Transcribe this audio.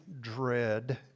dread